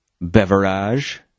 beverage